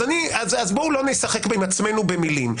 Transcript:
אז בואו לא נשחק עם עצמנו במילים.